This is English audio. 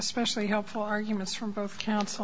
especially helpful arguments from both counsel